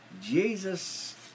Jesus